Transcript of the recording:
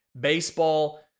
Baseball